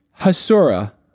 Hasura